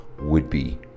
would-be